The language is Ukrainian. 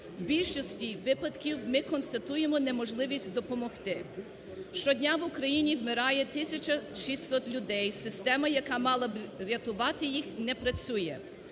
В більшості випадків ми констатуємо неможливість допомогти. Щодня в Україні вмирає тисяча шістсот людей. Система, яка мала б рятувати їх, не працює.